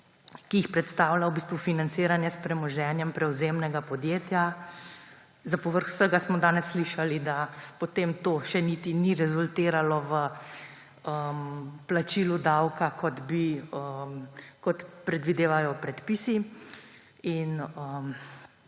ki jih predstavlja financiranje s premoženjem prevzemnega podjetja. Za povrh vsega smo danes slišali, da potem to še niti ni rezultiralo v plačilu davka, kot predvidevajo predpisi